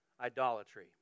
idolatry